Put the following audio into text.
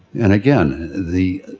and again, the